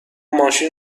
ماشین